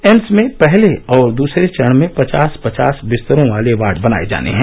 AIIMS में पहले और दूसरे चरण में पचास पचास बिस्तरों वाले वार्ड बनाए जाने हैं